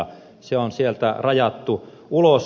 se on sieltä rajattu ulos